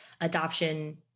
adoption